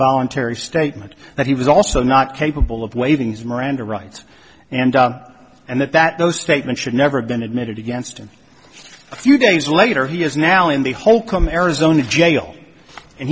voluntary statement that he was also not capable of waiving his miranda rights and and that that those statements should never have been admitted against in a few days later he is now in the holcomb arizona jail and